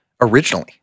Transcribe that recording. originally